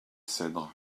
cedres